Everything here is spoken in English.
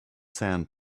sand